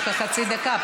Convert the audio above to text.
יש לך חצי דקה,